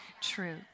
true